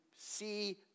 see